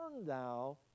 thou